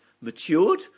matured